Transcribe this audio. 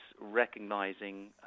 recognising